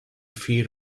fear